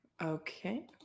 okay